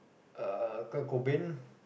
uh Kurt-Cobain